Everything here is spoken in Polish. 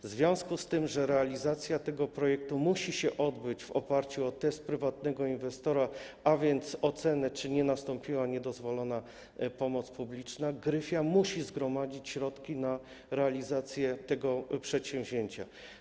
W związku z tym, że realizacja tego projektu musi się odbyć na podstawie testu prywatnego inwestora, a więc oceny, czy nie nastąpiła niedozwolona pomoc publiczna, Gryfia musi zgromadzić środki na realizację tego przedsięwzięcia.